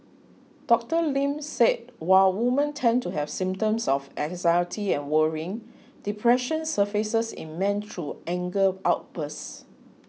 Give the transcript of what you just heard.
Doctor Lin said while women tend to have symptoms of anxiety and worrying depression surfaces in men through anger outbursts